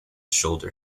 shoulder